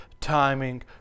timing